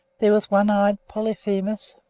there was one-eyed polyphemus,